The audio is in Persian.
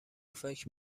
فکر